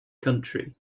country